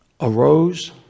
arose